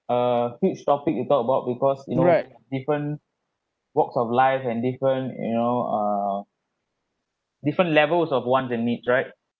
uh huge topic to talk about because you know different walks of life and different you know uh different levels of want and need right